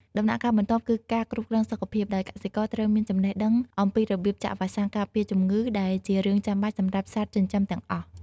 ដំណាក់កាលបន្ទាប់គឺការគ្រប់គ្រងសុខភាព ដោយកសិករត្រូវមានចំណេះដឹងអំពីរបៀបចាក់វ៉ាក់សាំងការពារជំងឺ ដែលជារឿងចាំបាច់សម្រាប់សត្វចិញ្ចឹមទាំងអស់។